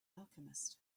alchemist